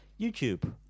YouTube